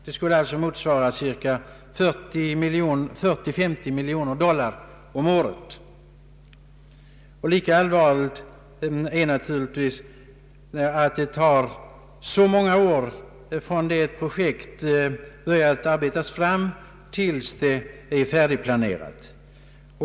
De skulle alltså motsvara cirka 40—50 miljoner dollar om året. Lika allvarligt är att det tar så många år från det ett projekt börjar arbetas fram tills det är färdigplanerat.